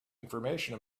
information